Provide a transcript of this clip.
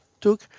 took